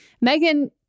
Megan